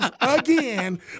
again